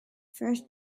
first